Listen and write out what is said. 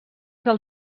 del